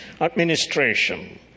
administration